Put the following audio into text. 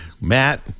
Matt